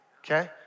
Okay